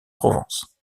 provence